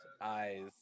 eyes